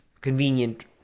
convenient